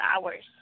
hours